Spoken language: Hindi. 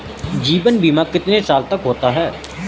जीवन बीमा कितने साल तक का होता है?